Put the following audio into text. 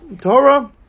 Torah